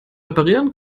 reparieren